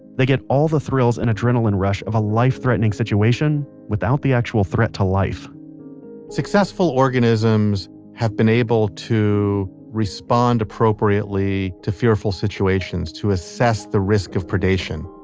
they get all the thrills and adrenaline rush of a life-threatening situation without the actual threat to life successful organisms have been able to respond appropriately to fearful situations, to assess the risk of predation.